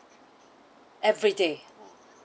everyday